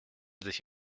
sich